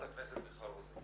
חברת הכנסת מיכל רוזין.